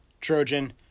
Trojan